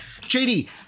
JD